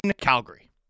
Calgary